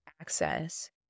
access